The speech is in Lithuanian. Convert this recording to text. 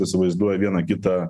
įsivaizduoja vieną kitą